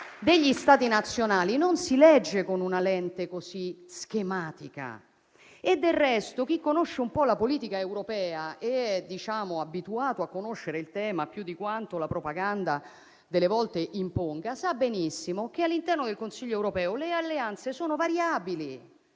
degli Stati nazionali non si legge con una lente così schematica. Del resto, chi conosce un po' la politica europea ed è abituato a conoscere il tema più di quanto la propaganda a volte imponga sa benissimo che all'interno del Consiglio europeo le alleanze sono variabili,